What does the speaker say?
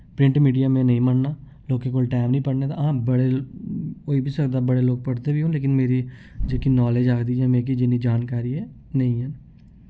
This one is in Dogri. प्रिंट मीडिया में नेईं मन्नना लोकें कोल टाइम निं पढ़ने दा हां बड़े होई बी सकदा बड़े लोक पढ़दे बी हैन लेकिन मेरी जेह्की नालेज आखदी जां मिकी जिन्नी जानकारी ऐ नेईं हैन